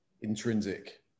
intrinsic